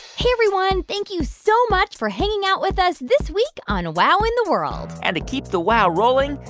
hey, everyone. thank you so much for hanging out with us this week on wow in the world and to keep the wow rolling,